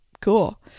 cool